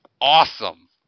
awesome